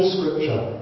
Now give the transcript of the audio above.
Scripture